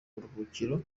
buruhukiro